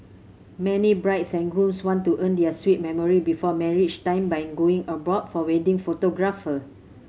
many brides and grooms want to earn their sweet memory before marriage time by going abroad for wedding photographer